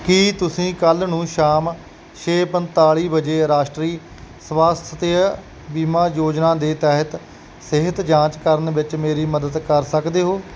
ਕੀ ਤੁਸੀਂ ਕੱਲ੍ਹ ਨੂੰ ਸ਼ਾਮ ਛੇ ਪੰਤਾਲੀ ਵਜੇ ਰਾਸ਼ਟਰੀ ਸਵਾਸਥਯ ਬੀਮਾ ਯੋਜਨਾ ਦੇ ਤਹਿਤ ਸਿਹਤ ਜਾਂਚ ਕਰਨ ਵਿੱਚ ਮੇਰੀ ਮਦਦ ਕਰ ਸਕਦੇ ਹੋ